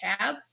tab